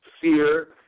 fear